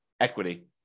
equity